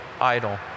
idol